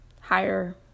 higher